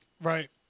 Right